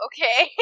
Okay